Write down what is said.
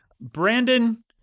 Brandon